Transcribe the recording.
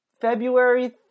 February